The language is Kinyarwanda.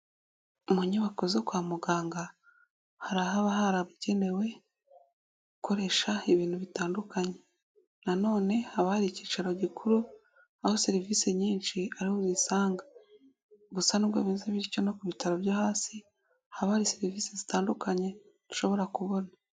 Mu nyubako zo kwa muganga hari ahaba harabugenewe gukoresha ibintu bitandukanye. Nanone haba hari ikicaro gikuru aho serivise nyinshi ariho uzisanga. Gusa nubwo bimeze bityo, no ku bitaro byo hasi haba hari serivise zitandukanye bashobora kubona.